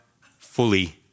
fully